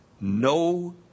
No